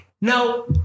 Now